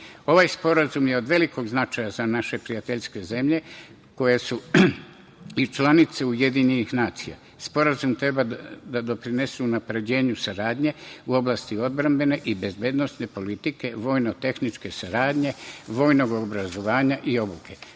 sporazum je od velikog značaja za naše prijateljske zemlje koje jesu i članice UN. Sporazum treba da doprinese unapređenju saradnje u oblasti odbrambene i bezbednosne politike, vojno-tehničke saradnje, vojnog obrazovanja i obuke,